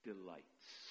delights